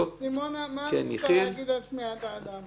סימונה, מה את רוצה להגיד על שמיעת האדם?